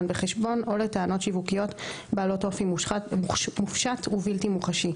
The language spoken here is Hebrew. בחשבון או לטענות שיווקיות בעלות אופי מופשט ובלתי מוחשי.